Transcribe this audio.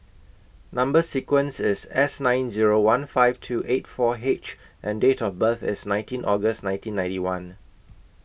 Number sequence IS S nine Zero one five two eight four H and Date of birth IS nineteen August nineteen ninety one